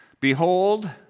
Behold